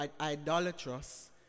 idolatrous